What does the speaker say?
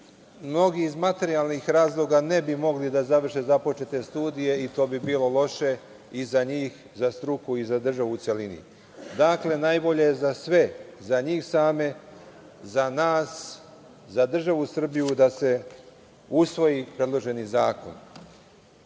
mnogi iz materijalnih razloga ne bi mogli da završe započete studije i to bi bilo loše i za njih, za struku i za državu u celini. Dakle, najbolje je za sve, za njih same, za nas, za državu Srbiju da se usvoji predloženi zakon. Mi